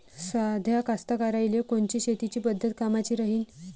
साध्या कास्तकाराइले कोनची शेतीची पद्धत कामाची राहीन?